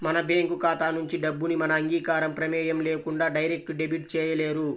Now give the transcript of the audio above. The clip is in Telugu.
మన బ్యేంకు ఖాతా నుంచి డబ్బుని మన అంగీకారం, ప్రమేయం లేకుండా డైరెక్ట్ డెబిట్ చేయలేరు